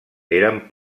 eren